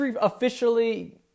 officially